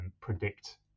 predict